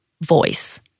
voice